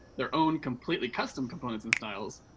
their own completely custom components and styles,